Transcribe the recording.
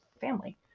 family